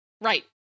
Right